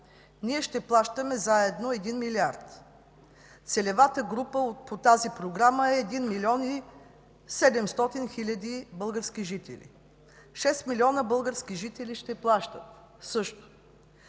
„Ние ще плащаме заедно един милиард. Целевата група по тази Програма е един милион и седемстотин хиляди български жители. Шест милиона български жители ще плащат също.”